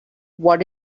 what